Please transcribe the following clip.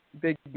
big